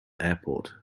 airport